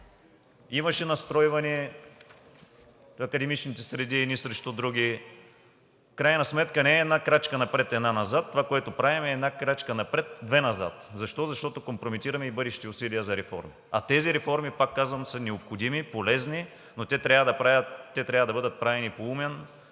имаше настройване на академичните среди едни срещу други. В крайна сметка не една крачка напред – една назад, а това, което правим, е една крачка напред – две назад. Защо? Защото компрометираме и бъдещи усилия за реформа, а тези реформи, пак казвам, са необходими, полезни, но те трябва да бъдат правени по умен